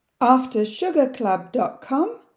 aftersugarclub.com